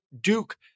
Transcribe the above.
Duke